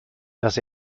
dass